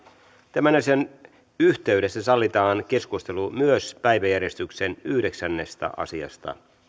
tämän asian yhteydessä sallitaan keskustelu myös päiväjärjestyksen yhdeksännestä asiasta